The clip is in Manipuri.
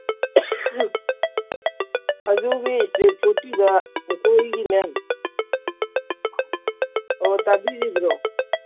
ꯑꯗꯨꯒꯤ ꯏꯁꯇ꯭ꯔꯤꯠ ꯐꯨꯠꯇꯨꯗ ꯑꯩꯈꯣꯏꯒꯤꯅꯦ ꯑꯣ ꯇꯥꯕꯤꯔꯤꯕ꯭ꯔꯣ